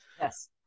Yes